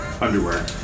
underwear